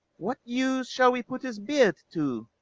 what use shall we put his beard to?